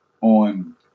on